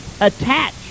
Attach